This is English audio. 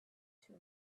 too